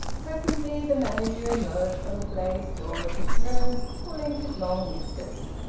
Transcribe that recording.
presently the manager emerged from the glazed door of his room, pulling his long whiskers.